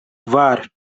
kvar